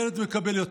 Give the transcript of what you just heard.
ילד מקבל יותר.